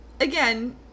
again